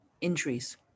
Injuries